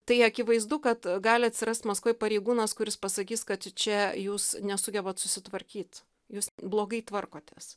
tai akivaizdu kad gali atsirast maskvoj pareigūnas kuris pasakys kad čia jūs nesugebat susitvarkyt jūs blogai tvarkotės